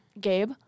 Gabe